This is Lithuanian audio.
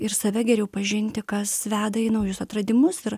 ir save geriau pažinti kas veda į naujus atradimus ir